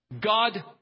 God